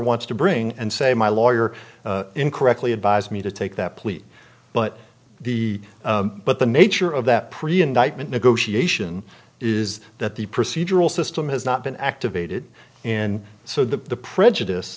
wants to bring and say my lawyer incorrectly advised me to take that plea but the but the nature of that preannouncement negotiation is that the procedural system has not been activated and so the prejudice